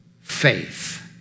faith